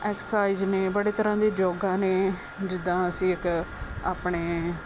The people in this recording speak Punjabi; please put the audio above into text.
ਐਕਸਰਸਾਈਜ਼ ਨੇ ਬੜੇ ਤਰ੍ਹਾ ਦੇ ਯੋਗਾ ਨੇ ਜਿੱਦਾਂ ਅਸੀਂ ਇੱਕ ਆਪਣੇ